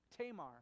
Tamar